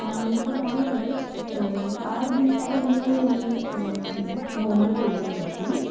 म्हणजे काय झालं आहे आठ दिवसापूर्वी मी नोंद केलेली होती